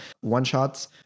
one-shots